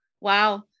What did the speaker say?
Wow